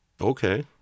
Okay